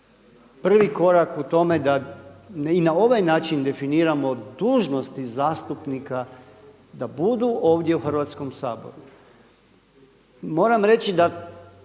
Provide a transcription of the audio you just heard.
prvi korak u tome da i na ovaj način definiramo dužnosti zastupnika da budu ovdje u Hrvatskom saboru. Moram reći da